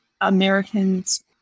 Americans